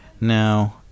Now